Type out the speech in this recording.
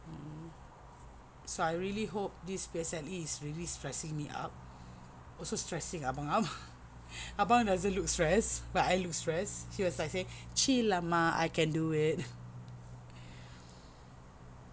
mm mm mm so I really hope this P_S_L_E is really stressing me up also stressing abang up abang doesn't look stressed but I look stressed he was like saying chill lah mak I can do it